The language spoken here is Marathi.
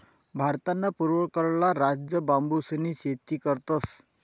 भारतना पूर्वकडला राज्य बांबूसनी शेती करतस